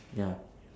ya